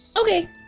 Okay